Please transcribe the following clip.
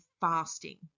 fasting